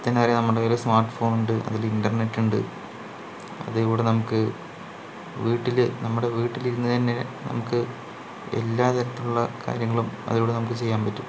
ഇപ്പോൾ തന്നെ പറയാം നമ്മളുടെ കയ്യില് സ്മാർട്ട് ഫോണുണ്ട് അതില് ഇൻറ്റർനെറ്റ് ഉണ്ട് അതിൽ കൂടെ നമുക്ക് വീട്ടില് നമ്മുടെ വീട്ടിലിരുന്ന് തന്നെ നമുക്ക് എല്ലാതരത്തിലുള്ള കാര്യങ്ങളും അതിലൂടെ നമുക്ക് ചെയ്യാൻ പറ്റും